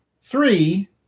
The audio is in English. Three